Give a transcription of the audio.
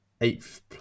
Eighth